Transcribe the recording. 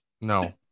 No